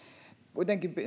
kuitenkin